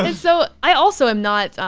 and so i also am not.